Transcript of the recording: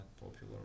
popular